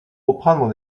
reprendre